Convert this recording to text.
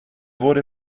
wurde